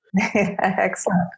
Excellent